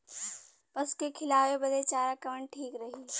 पशु के खिलावे बदे चारा कवन ठीक रही?